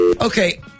Okay